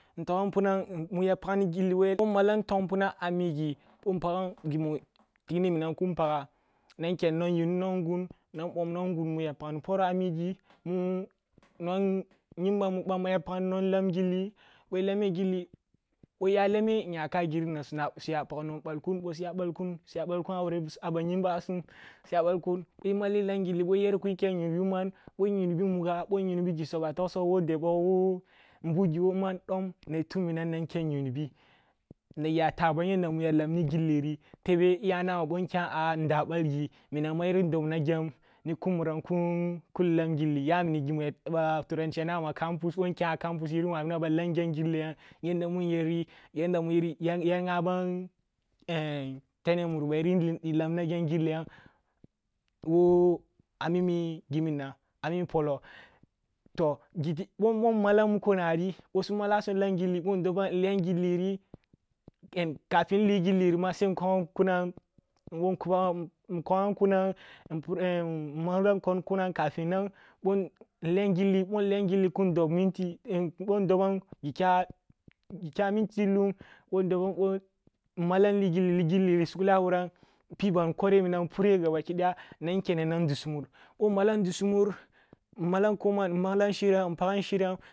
Ntogam npunan muya pagni gilli woyi woyi ъo nmalam a migii, ъo npagam tigni minam kin pagah nan kene nan yunni nwong ngun mu ya pagni poro a migii nwong mu yimbam mu bamma ya pagni nwong lam gilli ъoyi lame gilli, ъo’iya lame na nyaka giri na suyaka nwong ъall kun suya ъll kun. Suya ъallkun a ba yimba sum ъo yimale lam gilli ъo e’yere kinken yuni bi man, ъo yin yunibi man ъo yin yunnibi muga ъo yin yunibi man ъo yin yunnibi muga ъyin yunibi gi soba togsugh, wo debbok, wo man dom nayi tumminam nan ken yunibi nayiyatabam yanda mu ya lamni gilli ri, tebe e’ya nama ъo nyam a ndah ъalgi minamma yirin dobna gyam ni kumura kun lam gilli, yamini gimu ъa turanchi yanama campus ъonkyam a campus yirin waъina ba lam gyam gilli yam yanda munnyeri yanda yirin lamna gyam gilliyam amimi polo toh giti ъom ъommmalam muko nari ъo su mala sum ъo ndobo nliyam gilliri ka fin nli gilliri sal nkwoam kunam wo nkunam nmalam kwong kunan kafinan bon nliyam gilli kin dob minti ъo ndobam gi kya miti lum ъo ndobo mmalam gilliri, gilliri sugle a wuram peeban kwore minam pure gaba ki daya nan kyene nan dussu mur ъo nmalam dussu mur, nmalam koman nmalan shiram, npagam shiram